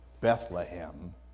Bethlehem